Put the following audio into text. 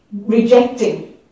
rejecting